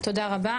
תודה רבה,